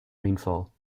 rainfall